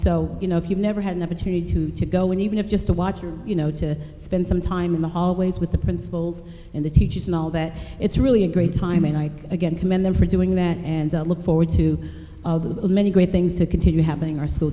so you know if you've never had an opportunity to to go in even if just to watch you know to spend some time in the hallways with the principals and the teachers and all that it's really a great time and i again commend them for doing that and look forward to of the many great things to continue having our school